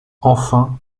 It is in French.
enfin